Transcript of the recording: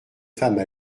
femmes